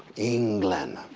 england.